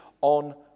on